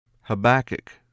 Habakkuk